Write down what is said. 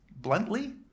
bluntly